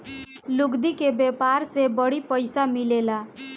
लुगदी के व्यापार से बड़ी पइसा मिलेला